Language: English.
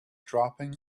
dropping